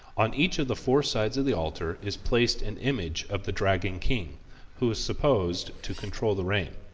on each of the four sides of the altar is placed an image of the dragon king who is supposed to control the rain.